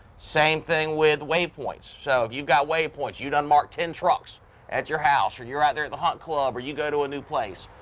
same thing with waypoints so if you've got waypoints, you done marked ten trucks at your house or you're out there at the hunt club or you go to a new place.